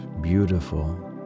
beautiful